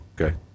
Okay